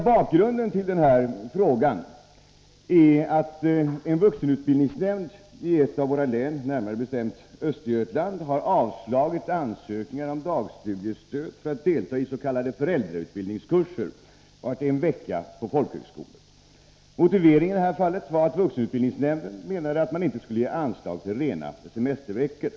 Bakgrunden till frågan är att en vuxenutbildningsnämnd i ett av våra län — närmare bestämt Östergötlands län — har avslagit ansökningar om dagstudiestöd för deltagande i s.k. föräldrautbildningskurser under en vecka på folkhögskola. Motiveringen var att vuxenutbildningsnämnden menade att man inte skulle bevilja anslag till rena semesterveckor.